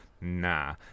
Nah